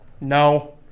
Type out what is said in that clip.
No